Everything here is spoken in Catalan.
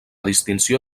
distinció